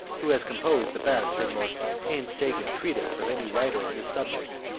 who has composed the best and most painstaking treatise of any writer on this subject,